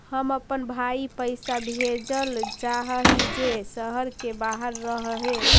हम अपन भाई पैसा भेजल चाह हीं जे शहर के बाहर रह हे